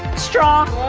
straw!